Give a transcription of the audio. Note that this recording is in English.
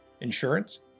insurance